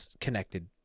connected